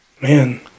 Man